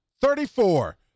Thirty-four